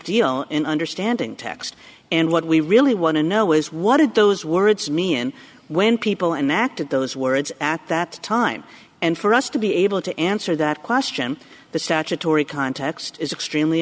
deal in understanding text and what we really want to know is what did those words mean when people and acted those words at that time and for us to be able to answer that question the statutory context is extremely